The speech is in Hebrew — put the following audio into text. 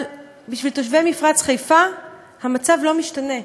אבל בשביל תושבי מפרץ חיפה המצב לא משתנה,